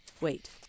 Wait